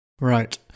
Right